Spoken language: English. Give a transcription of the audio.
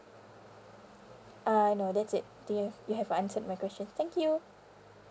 uh no that's it you have you have answered my questions thank you